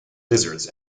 lizards